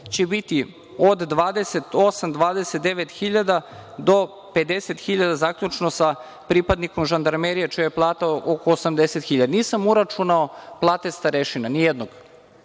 će biti od 28-29.000 do 50.000 zaključno sa pripadnikom žandarmerije, čija je plata oko 80.000. Nisam uračunao plate nijednog